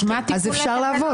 אז אפשר לעבוד.